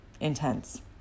intense